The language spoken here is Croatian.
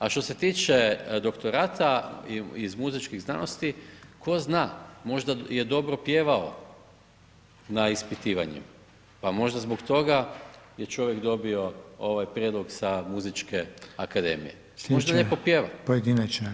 A što se tiče doktorata iz muzičkih znanosti, tko zna, možda je dobro pjevao na ispitivanjem, pa možda zbog toga je čovjek dobio ovaj prijedlog sa Muzičke akademije [[Upadica: Slijedeća…]] možda lijepo pjeva.